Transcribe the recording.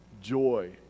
joy